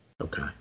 Okay